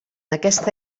aquesta